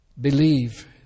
believe